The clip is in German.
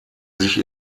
sich